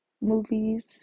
movies